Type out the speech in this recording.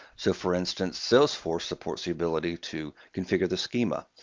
so for instance, salesforce supports the ability to configure the schema.